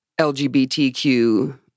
LGBTQ